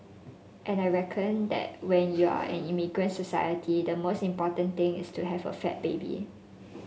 and I reckon that when you're an immigrant society the most important thing is to have a fat baby